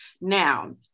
Now